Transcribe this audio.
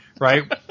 right